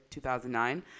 2009